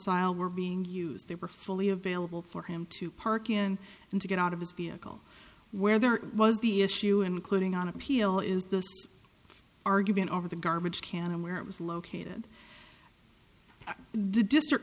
sile were being used they were fully available for him to park in and to get out of his vehicle where there was the issue including on appeal is the argument over the garbage can and where it was located the district